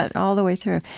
and all the way through?